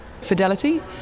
fidelity